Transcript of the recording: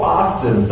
often